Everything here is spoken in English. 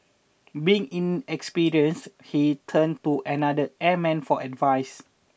being inexperienced he turned to another airman for advice